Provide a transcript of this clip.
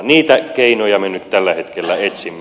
niitä keinoja me nyt tällä hetkellä etsimme